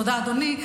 תודה, אדוני.